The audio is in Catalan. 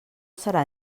serà